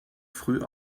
früh